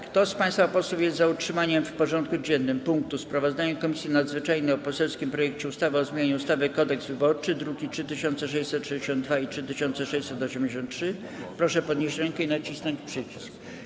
Kto z państwa posłów jest za utrzymaniem w porządku dziennym punktu: Sprawozdanie Komisji Nadzwyczajnej o poselskim projekcie ustawy o zmianie ustawy Kodeks wyborczy, druki nr 3662 i 3683, proszę podnieść rękę i nacisnąć przycisk.